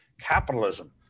capitalism